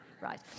Right